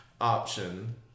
option